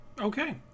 okay